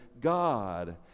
god